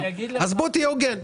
אז בוא תהיה הוגן.